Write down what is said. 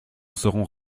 serons